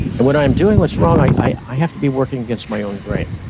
and when i'm doing what's wrong i i have to be working against my own brain.